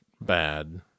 bad